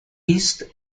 east